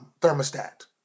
thermostat